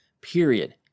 Period